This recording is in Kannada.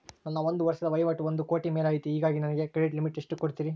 ನನ್ನ ಒಂದು ವರ್ಷದ ವಹಿವಾಟು ಒಂದು ಕೋಟಿ ಮೇಲೆ ಐತೆ ಹೇಗಾಗಿ ನನಗೆ ಕ್ರೆಡಿಟ್ ಲಿಮಿಟ್ ಎಷ್ಟು ಕೊಡ್ತೇರಿ?